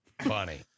Funny